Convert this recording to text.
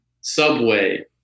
Subway